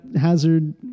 hazard